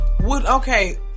okay